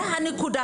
זה הנקודה.